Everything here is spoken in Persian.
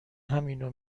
همینو